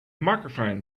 microphone